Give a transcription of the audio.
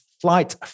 flight